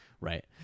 Right